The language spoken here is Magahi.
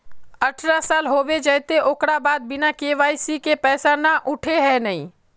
अठारह साल होबे जयते ओकर बाद बिना के.वाई.सी के पैसा न उठे है नय?